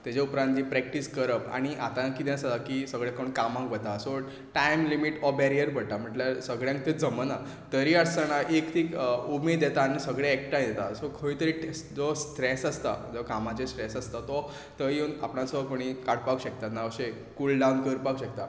ताजे उपरांत जी प्रॅक्टीस करप आनी आतां कितें जाता की सगळे कोण कामांक वता सो टायम लिमीट हो बॅरियर पडटा म्हणल्यार सगळ्यांक जमना तरी आसतना एक ती उमेद येता आनी सगळे एकठांय जाता सो खंय तरी जो स्ट्रॅस आसता जो कामाचेर स्टॅस आसता तो येवन आपणाचो कोणूय काडपाक शकता ना अशे कूल डाउन करपाक शकता